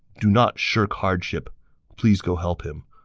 do not shirk hardship please go help him.